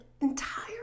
entire